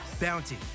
Bounty